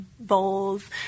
bowls